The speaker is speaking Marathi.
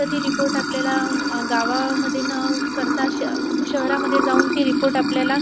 तर ती रिपोर्ट आपल्याला गावामध्ये न करता श शहरामध्ये जाऊन ती रिपोर्ट आपल्याला